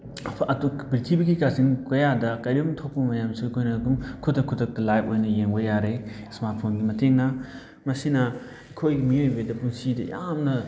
ꯄ꯭ꯔꯤꯊꯤꯕꯤꯒꯤ ꯀꯥꯆꯤꯟ ꯀꯣꯌꯥꯗ ꯀꯩꯅꯣꯝ ꯊꯣꯛꯄ ꯃꯌꯥꯝꯁꯨ ꯑꯩꯈꯣꯏꯅ ꯑꯗꯨꯝ ꯈꯨꯗꯛ ꯈꯨꯗꯛꯇ ꯂꯥꯏꯕ ꯑꯣꯏꯅ ꯌꯦꯡꯕ ꯌꯥꯔꯦ ꯏꯁꯃꯥꯔꯠ ꯐꯣꯟꯒꯤ ꯃꯇꯦꯡꯅ ꯃꯁꯤꯅ ꯑꯩꯈꯣꯏ ꯃꯤꯑꯣꯏꯕꯗ ꯄꯨꯟꯁꯤꯗ ꯌꯥꯝꯅ